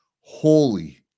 Holy